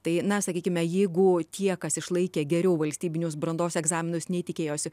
tai na sakykime jeigu tie kas išlaikė geriau valstybinius brandos egzaminus nei tikėjosi